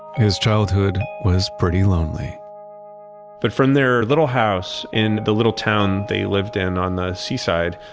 his childhood was pretty lonely but from their little house in the little town they lived in on the seaside,